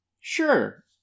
Sure